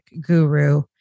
guru